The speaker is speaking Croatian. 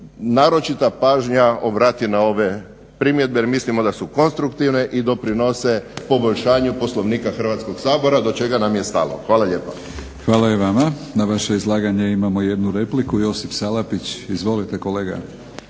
naročita pažnja obrati na ove primjedbe jer mislimo da su konstruktivne i doprinose poboljšanju Poslovnika Hrvatskog sabora do čega nam je stalo. Hvala lijepa. **Batinić, Milorad (HNS)** Hvala i vama. Na vaše izlaganje imamo jednu repliku, Josip Salapić. Izvolite kolega.